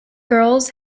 girls